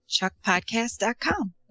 chuckpodcast.com